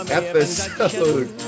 episode